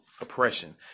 oppression